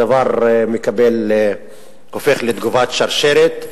הדבר הופך לתגובת שרשרת.